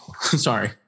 Sorry